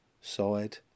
side